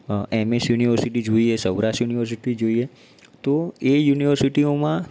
એમ S university જોઈએ Saurashtra university જોઇએ તો એ યુનિવર્સિટીઓમાં